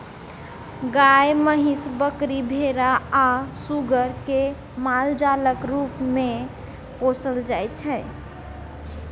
गाय, महीस, बकरी, भेरा आ सुग्गर केँ मालजालक रुप मे पोसल जाइ छै